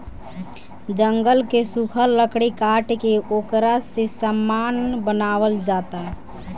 जंगल के सुखल लकड़ी काट के ओकरा से सामान बनावल जाता